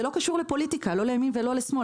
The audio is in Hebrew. זה לא קשור לפוליטיקה לא לימין ולא לשמאל